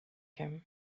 him